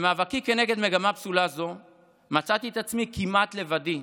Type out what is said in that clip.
במאבקי כנגד מגמה פסולה זו מצאתי את עצמי כמעט לבדי,